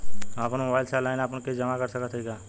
हम अपने मोबाइल से ऑनलाइन आपन किस्त जमा कर सकत हई का?